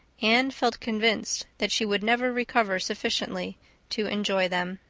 anne felt convinced that she would never recover sufficiently to enjoy them.